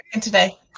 today